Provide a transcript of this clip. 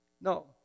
No